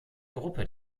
gruppe